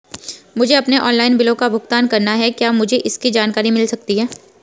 मुझे अपने ऑनलाइन बिलों का भुगतान करना है क्या मुझे इसकी जानकारी मिल सकती है?